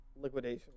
Liquidation